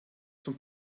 zum